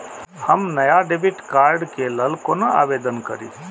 हम नया debit card के लल कौना आवेदन करि?